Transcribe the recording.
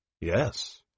Yes